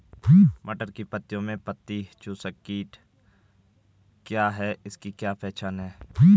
मटर की पत्तियों में पत्ती चूसक कीट क्या है इसकी क्या पहचान है?